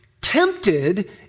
tempted